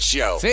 Show